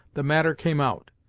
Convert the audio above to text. the matter came out.